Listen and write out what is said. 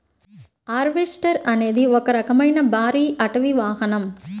harvester అనేది ఒక రకమైన భారీ అటవీ వాహనం